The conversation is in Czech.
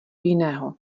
jiného